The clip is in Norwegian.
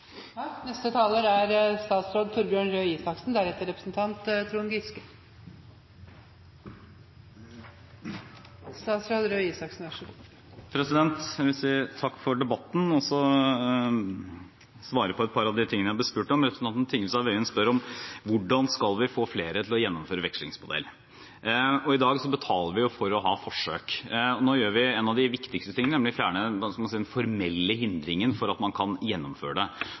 Jeg vil si takk for debatten og svare på et par av de tingene jeg ble spurt om. Representanten Tingelstad Wøien spør om hvordan vi skal få flere til å gjennomføre vekslingsmodell. I dag betaler vi for å ha forsøk. Nå gjør vi en av de viktigste tingene, nemlig fjerner den formelle hindringen for at man kan gjennomføre det.